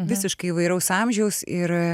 visiškai įvairaus amžiaus ir